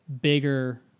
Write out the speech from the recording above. bigger